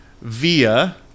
via